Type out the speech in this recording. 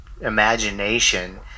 imagination